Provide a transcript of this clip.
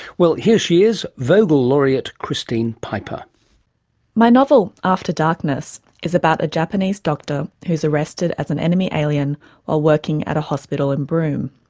well, here she is, vogel laureate christine piper my novel, after darkness, is about a japanese doctor who's arrested as an enemy alien while working at a hospital in broome.